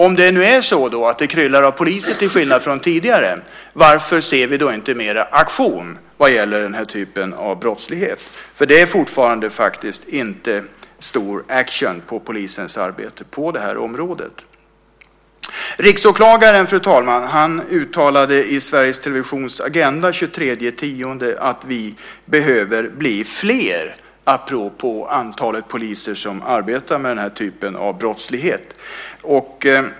Om det nu är så att det till skillnad från tidigare kryllar av poliser, varför ser vi då inte mer action vad gäller denna typ av brottslighet? Det är fortfarande inte mycket action i polisens arbete på det här området. Riksåklagaren, fru talman, uttalade i Sveriges Televisions Agenda den 23 oktober att vi behöver bli fler, detta apropå antalet poliser som arbetar med denna typ av brottslighet.